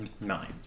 nine